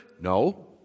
no